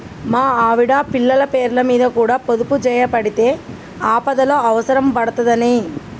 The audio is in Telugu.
మా ఆవిడ, పిల్లల పేర్లమీద కూడ పొదుపుజేయవడ్తి, ఆపదల అవుసరం పడ్తదని